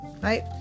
Right